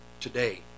today